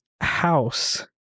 house